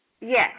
Yes